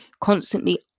constantly